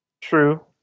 True